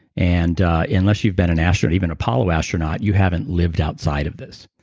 and unless you've been an astronaut, even apollo astronaut, you haven't lived outside of this.